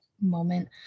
moment